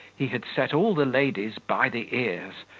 he had set all the ladies by the ears,